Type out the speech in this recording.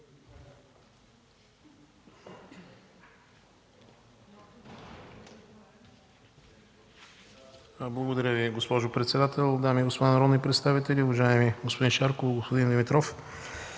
Благодаря Ви, госпожо председател. Дами и господа народни представители! Уважаеми господин Шарков, господин Димитров,